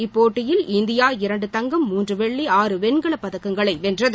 இப்போட்டியில் இந்தியா இரண்டு தங்கம் மூன்று வெள்ளி ஆறு வெண்கலப்பதக்கங்களை வென்றது